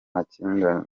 amakimbirane